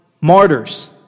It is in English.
martyrs